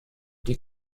die